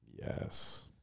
Yes